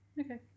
Okay